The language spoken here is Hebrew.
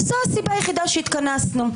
זו הסיבה היחידה שהתכנסנו.